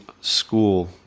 school